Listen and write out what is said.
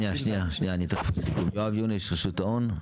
שניה, יואב יונש רשות ההון.